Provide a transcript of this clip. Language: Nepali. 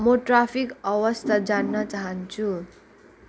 म ट्राफिक अवस्था जान्न चाहन्छु